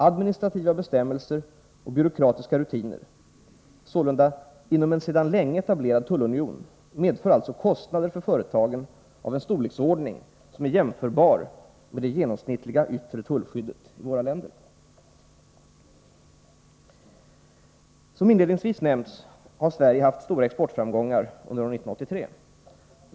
Administrativa bestämmelser och byråkratiska rutiner — inom en sedan länge etablerad tullunion — medför således kostnader för företagen av en storleksordning som är jämförbar med det genomsnittliga yttre tullskyddet i våra länder. Som inledningsvis nämnts har Sverige haft stora exportframgångar under år 1983.